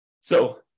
So-